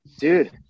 Dude